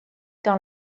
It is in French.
dans